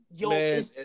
Man